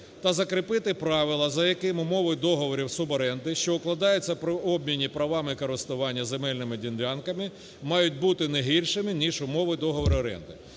Та закріпити правила, за якими умови договорів суборенди, що укладаються при обміні правами користування земельними ділянками, мають бути не гіршими ніж умови договорів оренди.